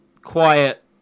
quiet